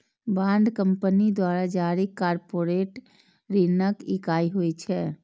bond company द्वारा जारी corporate ऋणक इकाइ होइ छै